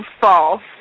False